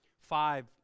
five